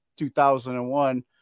2001